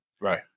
Right